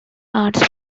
arts